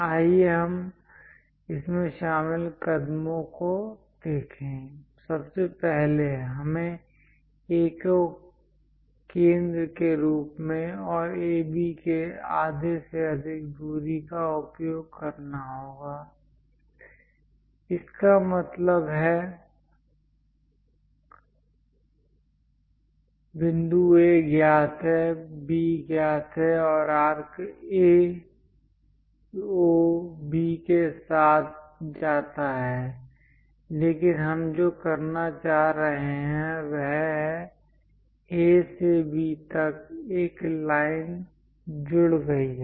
आइए हम इसमें शामिल कदमों को देखें सबसे पहले हमें A को केंद्र के रूप में और AB के आधे से अधिक दूरी का उपयोग करना होगा इसका मतलब है बिंदु A ज्ञात है B ज्ञात है और आर्क A O B के साथ जाता है लेकिन हम जो करना चाह रहे हैं वह है A से B तक एक लाइन जुड़ गई है